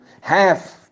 half